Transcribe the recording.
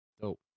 dope